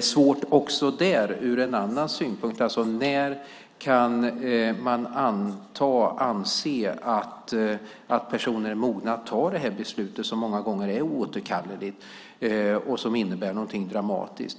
svårt också ur en annan synpunkt. När kan man anse att personer är mogna att ta detta beslut, som många gånger är oåterkalleligt och som innebär något dramatiskt?